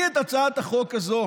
את הצעת החוק הזאת